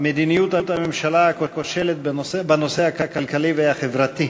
לדבר בנושא: מדיניות הממשלה הכושלת בנושא הכלכלי והחברתי.